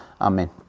Amen